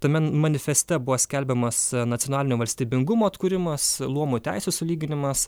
tame manifeste buvo skelbiamas nacionalinio valstybingumo atkūrimas luomų teisių sulyginimas